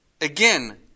again